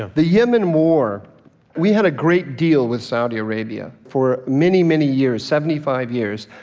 ah the yemen war we had a great deal with saudi arabia for many, many years seventy five years.